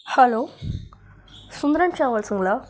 hello Sundaran டிராவல்ஸுங்களா